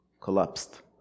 collapsed